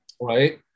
right